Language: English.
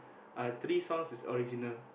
uh three songs is original